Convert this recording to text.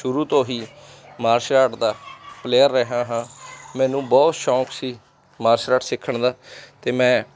ਸ਼ੁਰੂ ਤੋਂ ਹੀ ਮਾਰਸ਼ਲ ਆਰਟ ਦਾ ਪਲੇਅਰ ਰਿਹਾ ਹਾਂ ਮੈਨੂੰ ਬਹੁਤ ਸ਼ੌਕ ਸੀ ਮਾਰਸ਼ਲ ਆਰਟ ਸਿੱਖਣ ਦਾ ਅਤੇ ਮੈਂ